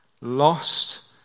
lost